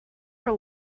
her